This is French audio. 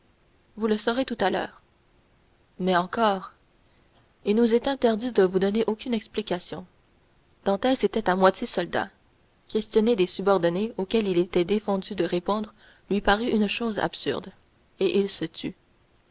vous le saurez tout à l'heure mais encore il nous est interdit de vous donner aucune explication dantès était à moitié soldat questionner des subordonnés auxquels il était défendu de répondre lui parut une chose absurde et il se tut